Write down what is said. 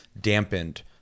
dampened